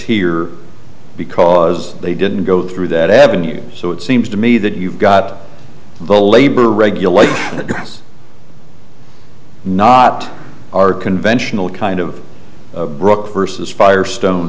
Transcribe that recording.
here because they didn't go through that avenues so it seems to me that you've got the labor regulate us not our conventional kind of broke versus firestone